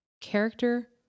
character